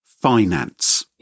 Finance